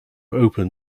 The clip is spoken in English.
open